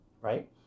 right